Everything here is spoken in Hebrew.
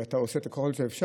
אתה עושה כל מה אפשר,